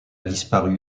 disparu